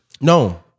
No